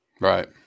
right